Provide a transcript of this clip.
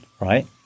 Right